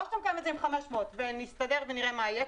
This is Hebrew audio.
שאתה מקיים את זה עם 500 ונסתדר ונראה מה יהיה,